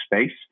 space